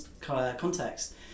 context